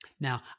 Now